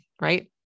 right